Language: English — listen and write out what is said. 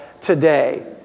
today